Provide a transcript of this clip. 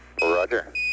Roger